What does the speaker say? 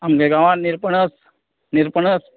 आमगे गांवांन निरपणस निरपणस